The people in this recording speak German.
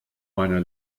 meiner